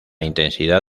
intensidad